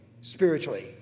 spiritually